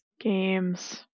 games